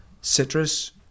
citrus